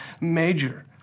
major